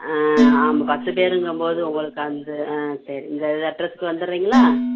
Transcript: ஆ ஆமாம் பத்து பேருங்கம்போது உங்களுக்கு அந்த ஆ சரி இந்த இது அட்ரஸ்க்கு வந்துடுறீங்களா